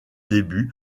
début